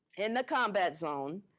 in the combat zone,